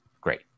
great